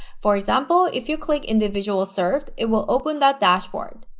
for example, if you click individuals served it will open that dashboard.